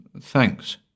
Thanks